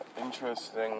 interesting